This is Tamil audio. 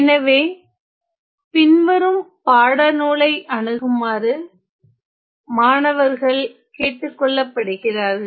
எனவே பின்வரும் பாடநூலை அணுகுமாறு மாணவர்கள் கேட்டுக்கொள்ளப்படுகிறார்கள்